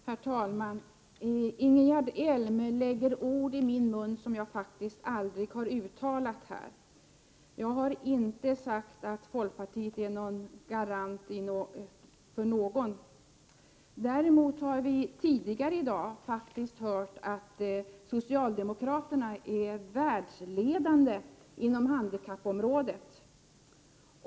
Herr talman! Ingegerd Elm lägger ord i min mun som jag aldrig har uttalat. Jag har inte sagt att folkpartiet är någon garant för någon. Däremot har vi tidigare i dag hört att socialdemokraterna är världsledande inom handikappområdet.